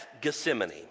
Gethsemane